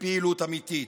מפעילות אמיתית,